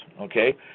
Okay